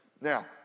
Now